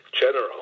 general